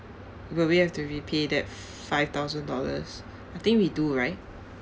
will we have to repay that five thousand dollars I think we do right